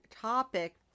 topic